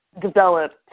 developed